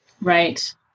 right